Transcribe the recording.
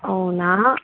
అవునా